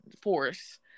force